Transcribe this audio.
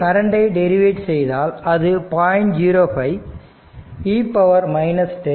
இங்கே கரண்டை டெரிவேட்டிவ் செய்தால் அது 0